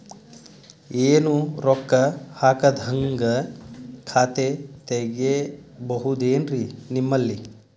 ಏನು ರೊಕ್ಕ ಹಾಕದ್ಹಂಗ ಖಾತೆ ತೆಗೇಬಹುದೇನ್ರಿ ನಿಮ್ಮಲ್ಲಿ?